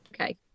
Okay